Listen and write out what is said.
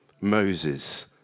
Moses